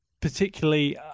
Particularly